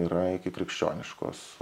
yra ikikrikščioniškos